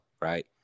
right